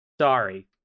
sorry